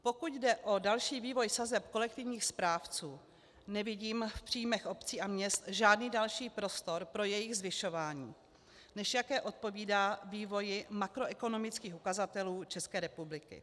Pokud jde o další vývoj sazeb kolektivních správců, nevidím v příjmech obcí a měst žádný další prostor pro jejich zvyšování, než jaké odpovídá vývoji makroekonomických ukazatelů České republiky.